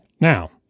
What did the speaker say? Now